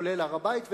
כולל הר-הבית,